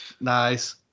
Nice